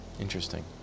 Interesting